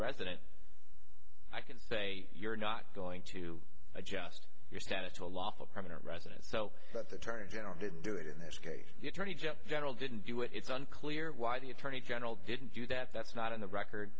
resident i can say you're not going to adjust your status to a lawful permanent resident so but the attorney general didn't do it in this case the attorney general didn't do it it's unclear why the attorney general didn't do that that's not in the